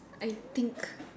I think